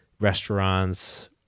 restaurants